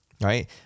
right